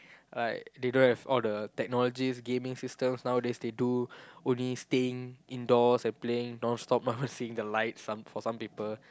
like they don't have all the technology gaming system nowadays they do only staying indoors and playing non stop without seeing the lights for some people